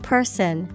Person